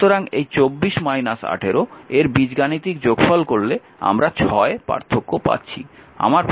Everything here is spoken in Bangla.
সুতরাং এই 24 18 এর বীজগাণিতিক যোগফল যোগ করলে আমরা 6 পার্থক্য পাচ্ছি